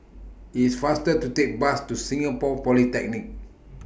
It's faster to Take Bus to Singapore Polytechnic